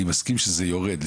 אני מסכים שזה יורד,